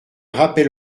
rappel